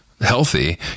healthy